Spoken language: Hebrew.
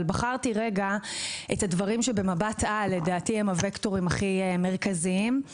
אבל בחרתי את הדברים שהם הווקטורים הכי מרכזיים במבט על.